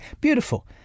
beautiful